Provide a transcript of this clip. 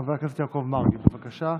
חבר הכנסת יעקב מרגי, בבקשה,